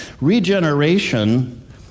regeneration